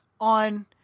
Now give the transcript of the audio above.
on